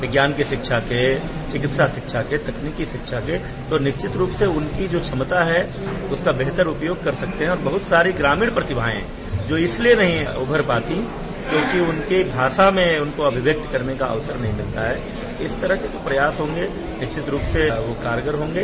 विज्ञान की शिक्षा के चिकित्सा शिक्षा के तकनीकी शिक्षा के तो निश्चित रूप से उनकी जो क्षमता है उसका बेहतर उपयोग कर सकते हैं और बहुत सारी ग्रामीण प्रतिभाएं जो इसलिए नहीं उभर पाती क्योंकि उनकी भाषा में उनको अभिव्यक्ति करने का अवसर नहीं मिलता है इस तरह के प्रयास होंगे निश्चित रूप से वह कारगर होंगे